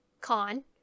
Con